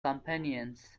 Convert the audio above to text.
companions